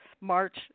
March